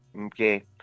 okay